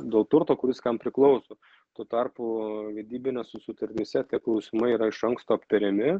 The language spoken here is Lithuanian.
dėl turto kuris kam priklauso tuo tarpu vedybinėse sutartyse tie klausimai yra iš anksto aptariami